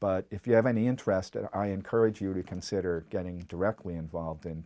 but if you have any interest and i encourage you to consider getting directly involved in